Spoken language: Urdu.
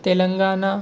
تلنگانہ